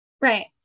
Right